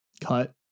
cut